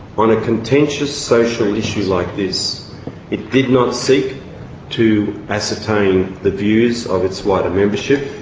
on a contentious social issue like this it did not seek to ascertain the views of its wider membership,